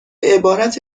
عبارت